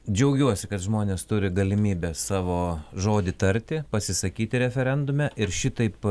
džiaugiuosi kad žmonės turi galimybę savo žodį tarti pasisakyti referendume ir šitaip